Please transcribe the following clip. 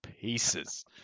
pieces